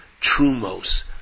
trumos